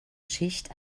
schicht